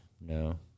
No